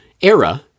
era